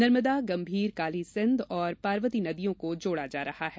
नर्मदा गंभीर कालीसिंध पार्वती नदियों को जोड़ा जा रहा है